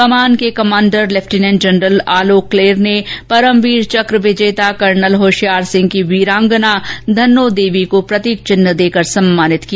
कमान के commander lieutenant general Alok Kler ने परमवीर चक विजेता कर्नल होशियार सिंह की वीरांगना धन्नों देवी को प्रतीक चिन्ह देकर सम्मानित किया